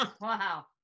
Wow